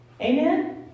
Amen